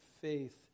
faith